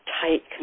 tight